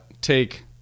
take